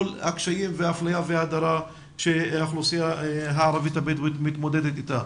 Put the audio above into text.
הקשיים והאפליה וההדרה שהאוכלוסייה הערבית-הבדואית מתמודדת איתו.